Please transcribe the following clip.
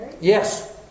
Yes